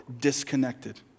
disconnected